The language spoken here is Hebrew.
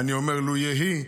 לו יהי,